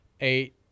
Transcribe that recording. eight